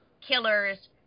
killers